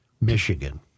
Michigan